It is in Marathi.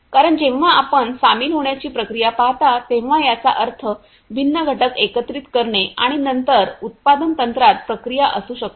कारण जेव्हा आपण सामील होण्याची प्रक्रिया पाहता तेव्हा याचा अर्थ भिन्न घटक एकत्रित करणे आणि इतर उत्पादन तंत्रात प्रक्रिया असू शकते